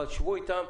אבל שבו אתם,